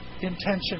intention